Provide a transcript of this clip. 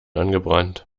angebrannt